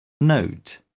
Note